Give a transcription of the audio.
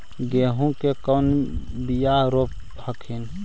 गेहूं के कौन बियाह रोप हखिन?